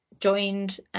joined